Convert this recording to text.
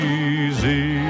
easy